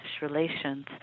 relations